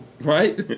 Right